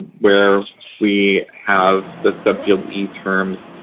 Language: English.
where we have the subfield e terms.